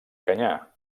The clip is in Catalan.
canyar